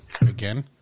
again